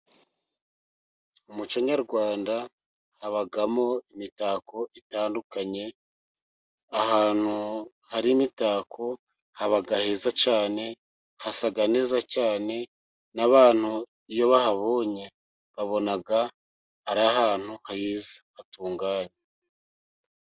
Mu muco nyarwanda habamo imitako itandukanye, ahantu hari imitako haba heza cyane hasa neza cyane, n'abantu iyo bahabonye babona ari ahantu heza hatunganye.